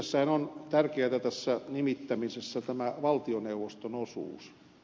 tässä nimittämisessähän on tärkeätä tämä valtioneuvoston osuus